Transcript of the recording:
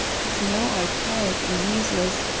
but now archaic and useless,